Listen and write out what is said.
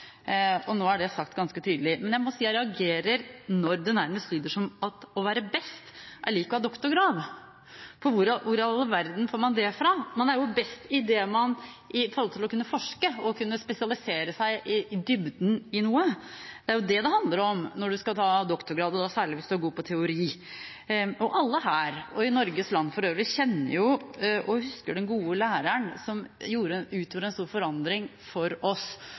forslaget. Nå er det sagt ganske tydelig. Men jeg må si jeg reagerer når det nærmest lyder som at å være best, er likt med å ha doktorgrad. Hvor i all verden får man det fra? Man er jo best med hensyn til å kunne forske, å kunne spesialisere seg ved å gå i dybden på noe. Det er jo det det handler om når man skal ta doktorgrad, og da særlig hvis man er god på teori. Alle her, og i Norges land for øvrig, kjenner og husker den gode læreren som utgjorde en stor forandring for oss,